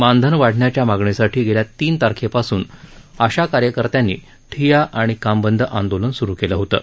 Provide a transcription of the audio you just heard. मानधन वाढवण्याच्या मागणीसाठी गेल्या तीन तारखेपासून आशा कार्यकर्त्यांनी ठिय्या आणि काम बंद आंदोलन सुरू केलं होतं